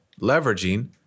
leveraging